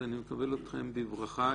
אז אני מקבל אתכם בברכה,